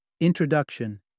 Introduction